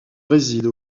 réside